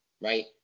right